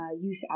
youth